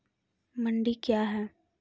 मंडी क्या हैं?